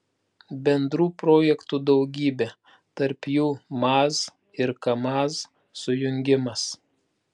bendrų projektų daugybė tarp jų maz ir kamaz sujungimas